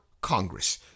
Congress